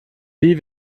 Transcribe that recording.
wie